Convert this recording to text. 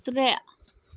ترٛےٚ